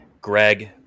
Greg